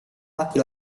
laki